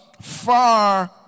far